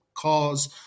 cause